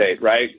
right